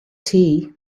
tea